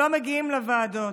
לא מגיעים לוועדות.